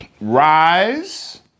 rise